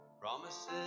Promises